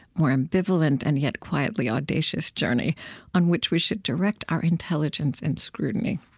more ambivalent, and yet quietly audacious journey on which we should direct our intelligence and scrutiny.